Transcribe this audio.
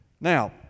Now